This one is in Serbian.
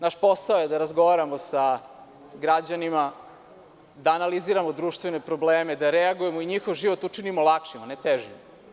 Naš posao je da razgovaramo sa građanima, da analiziramo društvene probleme, da reagujemo i da njihov život učinimo lakšim, a ne težim.